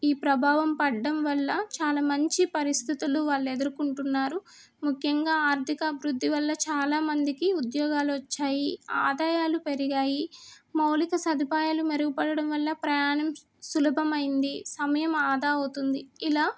ఈ ప్రభావం పడడం వల్ల చాలా మంచి పరిస్థితులు వాళ్ళు ఎదుర్కొంటున్నారు ముఖ్యంగా ఆర్థికాభివృద్ధి వల్ల చాలామందికి ఉద్యోగాలు వచ్చాయి ఆదాయాలు పెరిగాయి మౌలిక సదుపాయాలు మెరుగుపడడం వల్ల ప్రయాణం సులభమైంది సమయం ఆదా అవుతుంది ఇలా